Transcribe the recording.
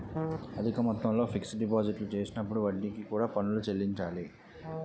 అధిక మొత్తంలో ఫిక్స్ డిపాజిట్లు చేసినప్పుడు వడ్డీకి కూడా పన్నులు చెల్లించాలి